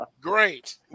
great